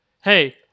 hey